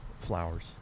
flowers